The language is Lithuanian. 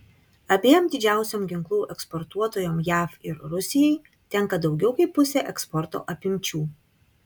abiem didžiausiom ginklų eksportuotojom jav ir rusijai tenka daugiau kaip pusė eksporto apimčių